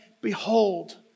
Behold